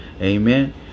Amen